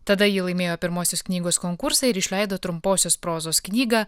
tada ji laimėjo pirmosios knygos konkursą ir išleido trumposios prozos knygą